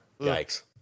yikes